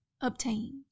obtained